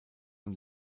und